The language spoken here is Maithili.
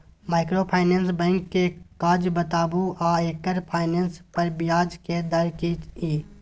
माइक्रोफाइनेंस बैंक के काज बताबू आ एकर फाइनेंस पर ब्याज के दर की इ?